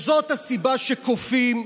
זאת הסיבה שכופים,